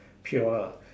pure lah